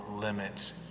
limits